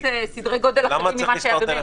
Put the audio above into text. מדובר בסדרי גודל אחרים ממה שהיה במרס.